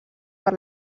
per